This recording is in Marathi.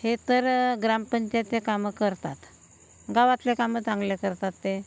हे तर ग्रामपंचायतीचे कामं करतात गावातले कामं चांगले करतात ते